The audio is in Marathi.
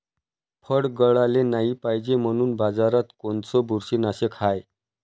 फळं गळाले नाही पायजे म्हनून बाजारात कोनचं बुरशीनाशक हाय?